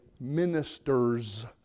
ministers